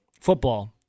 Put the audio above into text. football